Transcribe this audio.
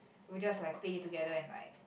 we just like play it together and like